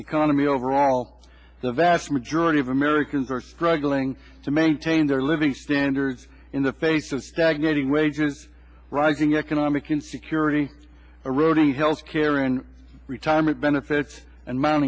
economy overall the vast majority of americans are struggling to maintain their living standards in the face of stagnating wages rising economic insecurity eroding health care and retirement benefits and mo